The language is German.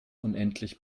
unendlich